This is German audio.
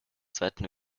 zweiten